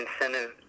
incentive